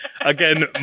again